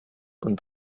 und